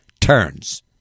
turns